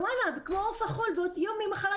למה להכשיר אותם היום, אם הם לא עובדים?